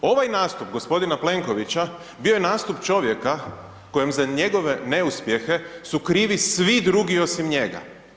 Ovaj nastup gospodina Plenkovića bio je nastup čovjeka kojem za njegove neuspjehe su krivi svi drugi osim njega.